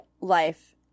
life